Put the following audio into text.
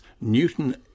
Newton